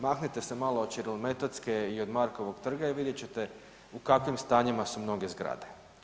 Mahnite se malo od Ćirilometodske i od Markovog trga i vidjet ćete u kakvim stanjima su mnoge zgrade.